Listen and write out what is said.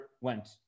went